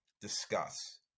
discuss